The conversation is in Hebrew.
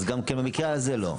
גם במקרה הזה לא.